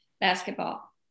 basketball